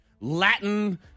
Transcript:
Latin